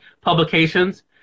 publications